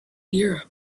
europe